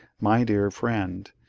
my dear friend,